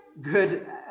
good